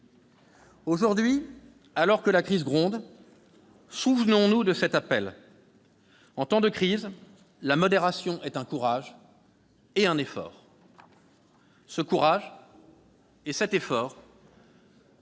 Aujourd'hui, alors que la crise gronde, souvenons-nous de cet appel. En temps de crise, la modération est un courage et un effort, dont nous